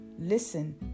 listen